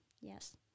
Yes